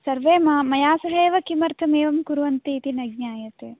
सर्वे मां मया सह एव एवं किमर्थं कुर्वन्तीति न ज्ञायते